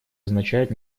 означает